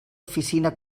oficina